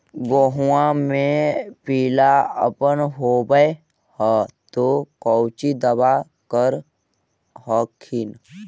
गोहुमा मे पिला अपन होबै ह तो कौची दबा कर हखिन?